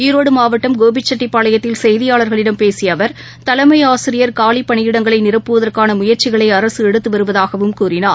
ஈரோடுமாவட்டம் கோபிச்செட்டிப்பாளையத்தில் செய்தியாளர்களிடம் பேசியஅவர் தலைமைஆசிரியர் காலிப்பணியிடங்களைநிரப்புவதற்கானமுயற்சிகளைஅரசுஎடுத்துவருவதாகவும் கூறினார்